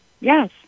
yes